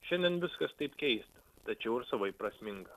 šiandien viskas taip keista tačiau ir savaip prasminga